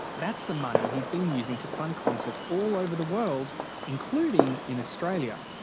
that's the money he's been using to fund concerts all over the world including in australia.